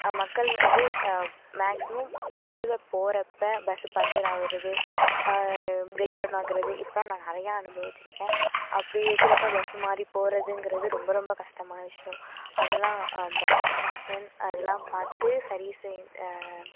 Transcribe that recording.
மக்கள் இது மேக்ஸிமம் பஸ்ஸில் போகிறப்ப பஸ்ஸு பஞ்சர் ஆகிறது ப்ரேக்டவுன் ஆகிறது இப்போ நான் நிறையா அனுபவிச்சிருக்கேன் அப்படி இருக்கிறப்ப பஸ்ஸு மாறி போறதுங்கிறது ரொம்ப ரொம்ப கஷ்டமான விஷயம் அதெல்லாம் பஸ்ஸு கண்டிஷன் அதலாம் பார்த்து சரி